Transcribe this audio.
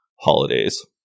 holidays